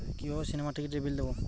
কিভাবে সিনেমার টিকিটের বিল দেবো?